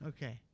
Okay